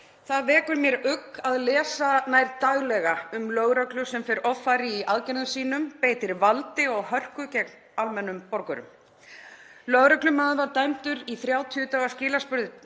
Það vekur mér ugg að lesa nær daglega um lögreglu sem fer offari í aðgerðum sínum og beitir valdi og hörku gegn almennum borgurum. Lögreglumaður var dæmdur í 30 daga skilorðsbundið